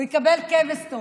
הוא יקבל כבש טוב.